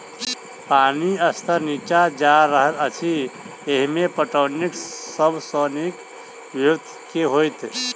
पानि स्तर नीचा जा रहल अछि, एहिमे पटौनीक सब सऽ नीक ब्योंत केँ होइत?